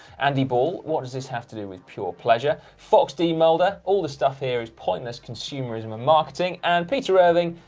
andy ball, what does this have to do with pure pleasure? fox d. mulder, all the stuff here is pointless consumerism and marketing. and peter irving,